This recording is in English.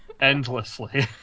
endlessly